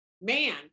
Man